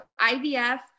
IVF